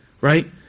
right